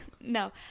no